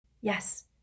Yes